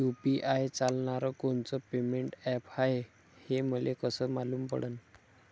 UPI चालणारं कोनचं payment app हाय, हे मले कस मालूम पडन?